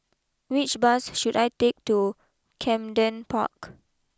which bus should I take to Camden Park